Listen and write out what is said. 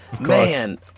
Man